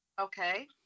Okay